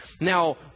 now